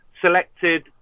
selected